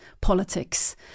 politics